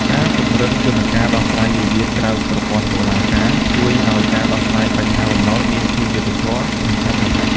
ការពង្រឹងយន្តការដោះស្រាយវិវាទក្រៅប្រព័ន្ធតុលាការ ជួយឱ្យការដោះស្រាយបញ្ហាបំណុលមានភាពយុត្តិធម៌ និងឆាប់រហ័ស។